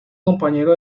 compañero